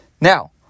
Now